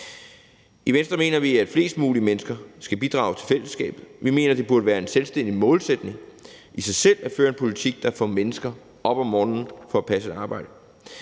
I Venstre mener vi, at flest mulige mennesker skal bidrage til fællesskabet. Vi mener, at det burde være en selvstændig målsætning i sig selv at føre en politik, der får mennesker op om morgenen for at passe et arbejde,